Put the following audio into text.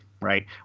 right